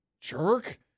Jerk